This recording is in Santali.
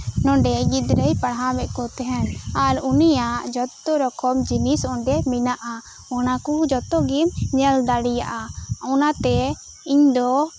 ᱱᱚᱸᱰᱮ ᱜᱤᱫᱽᱨᱟᱹᱭ ᱯᱟᱲᱦᱟᱣ ᱞᱮᱫ ᱠᱚ ᱛᱟᱦᱮᱱ ᱟᱨ ᱩᱱᱤᱭᱟᱜ ᱡᱚᱛᱚ ᱨᱚᱠᱚᱢ ᱡᱤᱱᱤᱥ ᱚᱸᱰᱮ ᱢᱮᱱᱟᱜᱼᱟ ᱚᱱᱟᱠᱚ ᱡᱚᱛᱚ ᱜᱮᱢ ᱧᱮᱞ ᱫᱟᱲᱮᱭᱟᱜᱼᱟ ᱚᱱᱟᱛᱮ ᱤᱧ ᱫᱚ